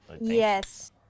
Yes